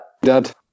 Dad